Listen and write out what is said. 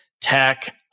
tech